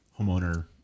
homeowner